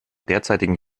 derzeitigen